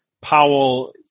Powell